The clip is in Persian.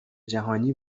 جهانی